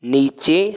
नीचे